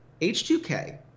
H2K